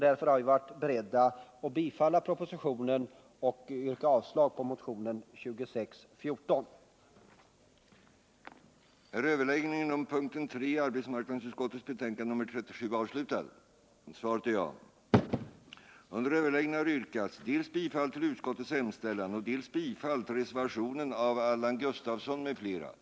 Därför har vi varit beredda att tillstyrka propositionens förslag och yrka avslag på motionen 2614. Herr talman! Jag yrkar bifall till utskottets hemställan.